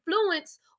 influence